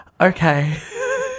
Okay